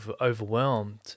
overwhelmed